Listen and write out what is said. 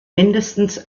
mindestens